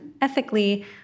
ethically